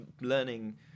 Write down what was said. learning